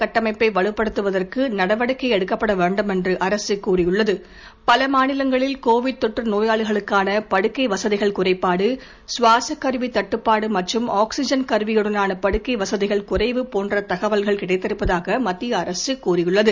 கட்டமைப்பை வலுப்படுத்துவதற்கு நாடடில் சுகாதார நடவடிக்கை எடுக்கப்பட வேண்டும் என்று அரசு கூறியுள்ளது பல மாநிலங்களில் கோவிட் தொற்று நோயாளிகளுக்கான படுக்கை வசதிகள் குறைபாடு சுவாசக் கருவி தட்டுப்பாடு மற்றும் ஆக்சிஜன் கருவியுடனான படுக்கை வசதிகள் குறைவு போன்ற தகவல்கள் கிடைத்திருப்பதாக மத்திய அரசு கூறியுள்ளது